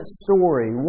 story